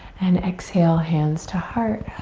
and exhale hands to heart.